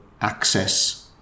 access